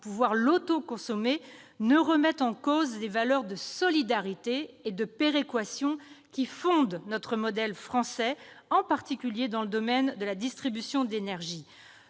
et l'autoconsommer -ne remette en cause les valeurs de solidarité et de péréquation qui fondent notre modèle français, en particulier dans le domaine de la distribution d'énergie.